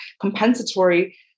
compensatory